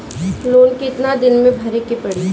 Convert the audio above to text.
Loan कितना दिन मे भरे के पड़ी?